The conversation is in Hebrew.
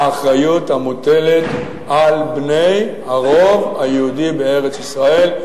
האחריות המוטלת על בני הרוב היהודי בארץ-ישראל,